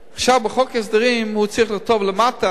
עכשיו, בחוק ההסדרים הוא צריך לכתוב למטה,